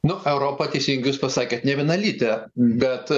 nu europa teisingai jūs pasakėt nevienalytė bet